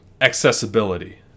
accessibility